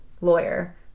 lawyer